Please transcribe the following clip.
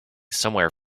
somewhere